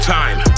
time